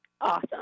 awesome